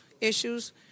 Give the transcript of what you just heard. issues